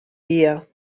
dia